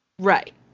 Right